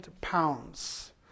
pounds